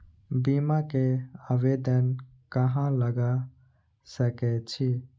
बीमा के आवेदन कहाँ लगा सके छी?